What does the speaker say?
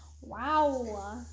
Wow